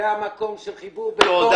זה המקום של חיבור בין ---,